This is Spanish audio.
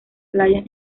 playas